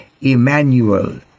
Emmanuel